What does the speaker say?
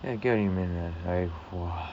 I get what you mean lah I !wah!